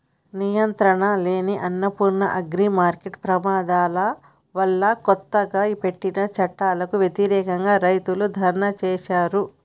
నియంత్రణలేని, అసంపూర్ణ అగ్రిమార్కెట్ల ప్రమాదాల వల్లకొత్తగా పెట్టిన చట్టాలకు వ్యతిరేకంగా, రైతులు ధర్నా చేశారు